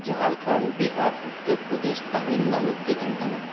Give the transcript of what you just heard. Jharkhand Bihar Uttar Pradesh Tamil Nadu Telangana